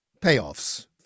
payoffs